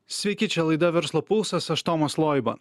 sveiki čia laida verslo pulsas aš tomas loiba